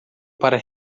para